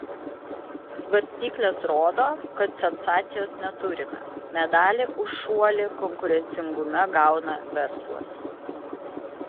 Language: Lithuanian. svarstyklės rodo kad sensacijos neturime medalį už šuolį konkurencingume gauna verslas